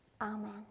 Amen